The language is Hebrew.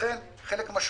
ולכן חלק משמעותי,